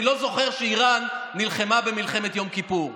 אני לא זוכר שאיראן נלחמה במלחמת יום כיפור.